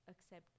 accept